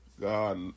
God